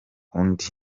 undi